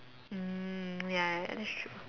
mm ya that's true